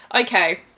Okay